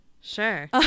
Sure